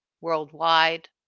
worldwide